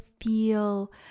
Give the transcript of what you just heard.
feel